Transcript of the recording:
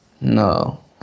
No